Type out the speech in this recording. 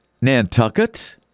Nantucket